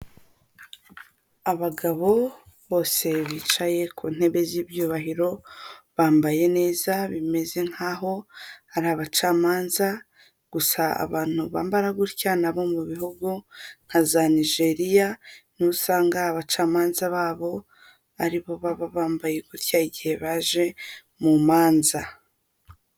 Abagabo bose bicaye ku ntebe z'ibyubahiro, bambaye neza, bimeze nkaho ari abacamanza, gusa abantu bambara gutya ni abo mu bihugu nka za Nigeriya, niho usanga abacamanza babo aribo baba bambaye gutya igihe baje mu manza.